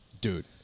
Dude